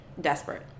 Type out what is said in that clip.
desperate